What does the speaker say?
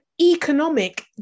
economic